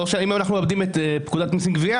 אם אנחנו מאבדים את פקודת מיסים (גבייה),